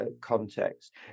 Context